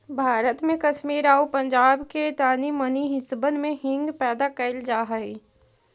भारत में कश्मीर आउ पंजाब के तानी मनी हिस्सबन में हींग पैदा कयल जा हई